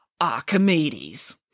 Archimedes